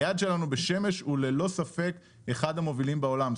היעד שלנו בשמש הוא ללא ספק אחד המובילים בעולם.